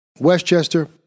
Westchester